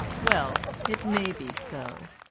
well, it may be so.